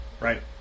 right